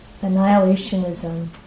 annihilationism